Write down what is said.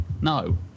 No